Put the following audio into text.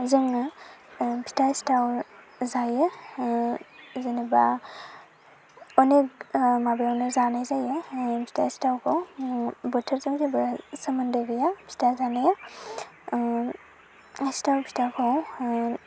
जोङो फिथा सिथाव जायो जेनोबा अनेग माबायावनो जानाय जायो फिथा सिथावखौ बोथोरजों जेबो सोमोन्दो गैया फिथा जानाया सिथाव फिथाखौ